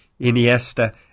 Iniesta